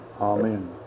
Amen